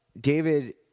David